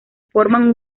forman